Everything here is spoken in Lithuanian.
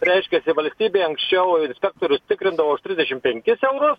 reiškia valstybėj anksčiau inspektorius tikrindavo už trisdešim penkis eurus